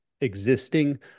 existing